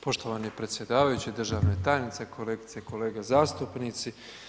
Poštovani predsjedavajući, državna tajnice, kolegice i kolege zastupnici.